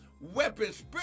weapons